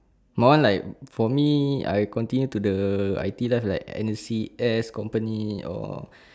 my one like for me I continue to the I_T line like N_C_S company or